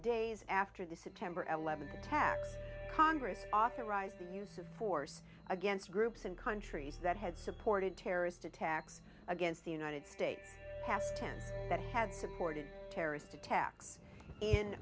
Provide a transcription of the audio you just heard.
days after the september eleventh attacks congress authorized the use of force against groups in countries that had supported terrorist attacks against the united states has tents that had supported terrorist attacks